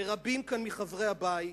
ורבים כאן מחברי הבית